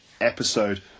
episode